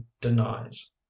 denies